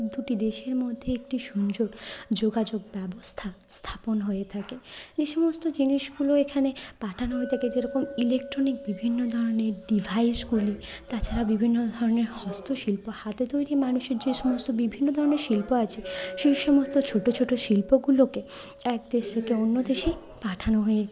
দুটি দেশের মধ্যে একটি সংযোগ যোগাযোগ ব্যবস্থা স্থাপন হয়ে থাকে এ সমস্ত জিনিসগুলো এখানে পাঠানো হয়ে থাকে যেরকম ইলেকট্রনিক বিভিন্ন ধরনের ডিভাইসগুলি তাছাড়া বিভিন্ন ধরনের হস্তশিল্প হাতে তৈরি মানুষের যে সমস্ত বিভিন্ন ধরনের শিল্প আছে সেই সমস্ত ছোট ছোট শিল্পগুলোকে এক দেশ থেকে অন্য দেশে পাঠানো হয়ে